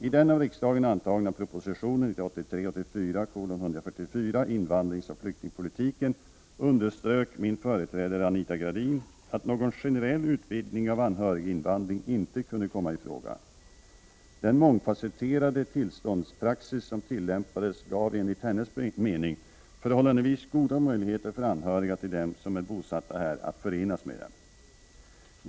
I den av riksdagen 10 november 1988 antagna propositionen 1983/84:144 om invandringsoch flyktingpolitiken underströk min företrädare Anita Gradin att någon generell utvidgning av anhöriginvandringen inte kunde komma i fråga. Den mångfasetterande tillståndspraxis som tillämpades gav enligt hennes mening förhållandevis goda möjligheter för anhöriga till dem som är bosatta här att förenas med dem som bor i vårt land.